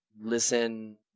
listen